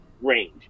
range